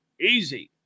easy